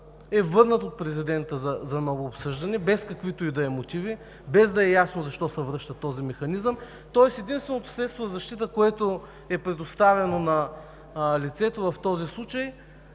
е върнат от президента за ново обсъждане, без каквито и да е мотиви, без да е ясно защо се връща този механизъм. В този случай единственото средство за защита, което е предоставено на лицето, според